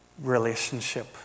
relationship